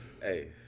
hey